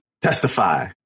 Testify